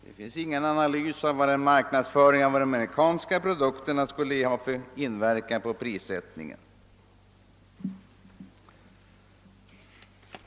Det finns ingen analys av vad en marknadsföring av de amerikanska produkterna skulle ha för inverkan på prissättningen.